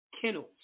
kennels